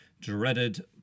dreaded